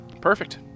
Perfect